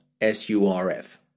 S-U-R-F